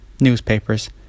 Newspapers